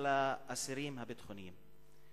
בעניין האסירים הביטחוניים.